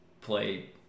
play